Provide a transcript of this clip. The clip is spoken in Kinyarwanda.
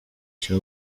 cya